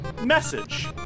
message